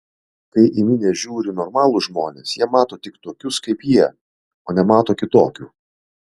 kai į minią žiūri normalūs žmonės jie mato tik tokius kaip jie o nemato kitokių